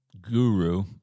guru